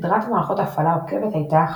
סדרת מערכות הפעלה עוקבת הייתה,